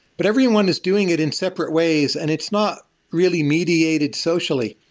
but everyone is doing it in separate ways, and it's not really mediated socially.